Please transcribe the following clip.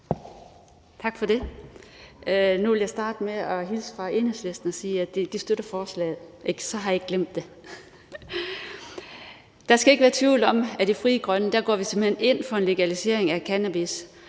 Tak for det. Jeg vil starte med at hilse fra Enhedslisten og sige, at de støtter forslaget – så har jeg ikke glemt det. Der skal ikke være tvivl om, at vi i Frie Grønne simpelt hen går ind for en legalisering af cannabis